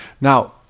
Now